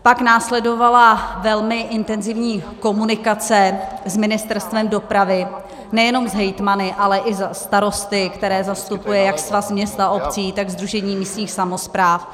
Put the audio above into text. Pak následovala velmi intenzivní komunikace s Ministerstvem dopravy, nejenom s hejtmany, ale i starosty, které zastupuje jak Svaz měst a obcí, tak Sdružení místních samospráv.